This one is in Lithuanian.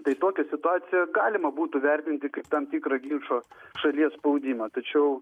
tai tokią situaciją galima būtų vertinti kaip tam tikrą ginčo šalies spaudimą tačiau